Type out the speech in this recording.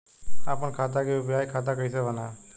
आपन खाता के यू.पी.आई खाता कईसे बनाएम?